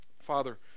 father